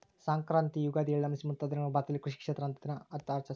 ಸಂಕ್ರಾಂತಿ ಯುಗಾದಿ ಎಳ್ಳಮಾವಾಸೆ ಮುಂತಾದ ದಿನಗಳನ್ನು ಭಾರತದಲ್ಲಿ ಕೃಷಿ ಕ್ಷೇತ್ರ ದಿನ ಅಂತ ಆಚರಿಸ್ತಾರ